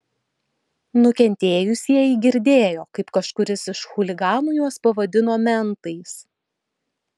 nukentėjusieji girdėjo kaip kažkuris iš chuliganų juos pavadino mentais